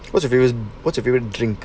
what's what's your favourite drink